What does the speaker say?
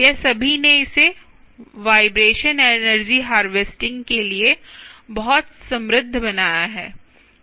यह सभी ने इसे वाइब्रेशन एनर्जी हार्वेस्टिंग के लिए बहुत समृद्ध बनाया है